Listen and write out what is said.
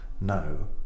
no